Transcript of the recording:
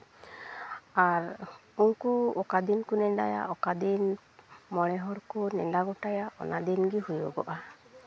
ᱟᱨ ᱩᱱᱠᱩ ᱚᱠᱟ ᱫᱤᱱ ᱠᱚ ᱱᱮᱰᱟᱭᱟ ᱚᱠᱟ ᱫᱤᱱ ᱢᱚᱬᱮ ᱦᱚᱲ ᱠᱚ ᱱᱮᱰᱟ ᱜᱳᱴᱟᱭᱟ ᱚᱱᱟ ᱫᱤᱱᱜᱮ ᱦᱩᱭᱩᱜᱚᱜᱼᱟ